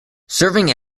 serving